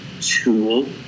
tool